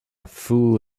fool